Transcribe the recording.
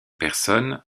personne